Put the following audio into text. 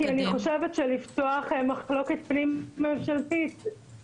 כי יש כרגע איזושהי מחלוקת פנים-ממשלתית